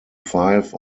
five